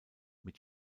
mit